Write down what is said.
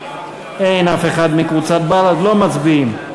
אין אף אחד מקבוצת בל"ד, לא מצביעים.